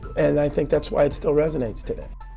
and i think that's why it still resonates today.